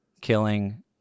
killing